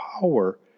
power